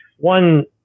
One